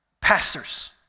pastors